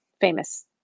famous